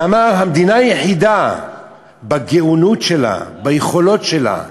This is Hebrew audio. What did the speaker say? ואמר: המדינה היחידה בגאונות שלה, ביכולות שלה,